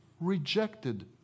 rejected